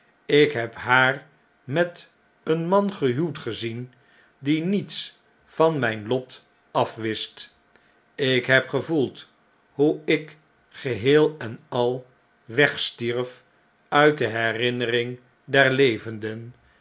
ik heb haar met een man gehuwd gezien die niets van mjjn lot afwist ik heb gevoeld hoe ik geheel en al wegstierf uit de herinnering der levenden